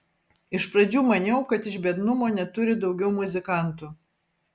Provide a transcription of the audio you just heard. iš pradžių maniau kad iš biednumo neturi daugiau muzikantų